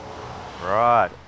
Right